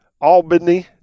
Albany